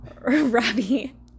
Robbie